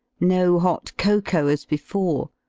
no hot cocoa as before,